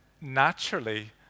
naturally